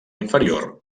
inferior